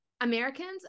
Americans